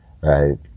Right